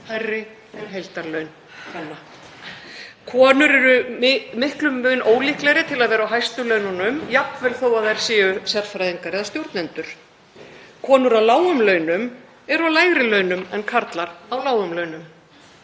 hærri en heildarlaun kvenna. Konur eru miklum mun ólíklegri til að vera á hæstu laununum jafnvel þó að þær séu sérfræðingar eða stjórnendur. Konur á lágum launum eru á lægri launum en karlar á lágum launum.